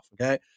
Okay